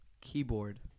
keyboard